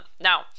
Now